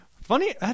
Funny